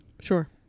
Sure